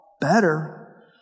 better